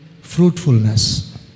Fruitfulness